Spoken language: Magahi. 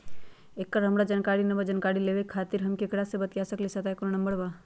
एकर हमरा जानकारी न बा जानकारी लेवे के खातिर हम केकरा से बातिया सकली ह सहायता के कोनो नंबर बा?